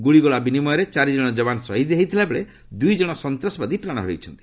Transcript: ଗ୍ରଳିଗୋଳା ବିନିମୟରେ ଚାରି ଜଣ ଯବାନ ଶହିଦ ହୋଇଥିବା ବେଳେ ଦୂଇ ଜଣ ସନ୍ତାସବାଦୀ ପ୍ରାଣ ହରାଇଛନ୍ତି